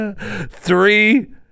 Three